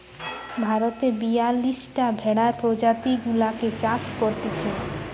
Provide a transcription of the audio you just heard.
ভারতে বিয়াল্লিশটা ভেড়ার প্রজাতি গুলাকে চাষ করতিছে